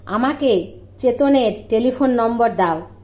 আমাকে চেতনের telephone number দাও